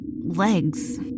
legs